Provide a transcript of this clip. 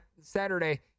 Saturday